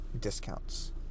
discounts